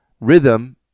rhythm